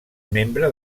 membre